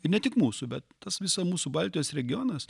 ne tik mūsų bet tas visa mūsų baltijos regionas